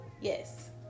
yes